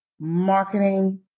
Marketing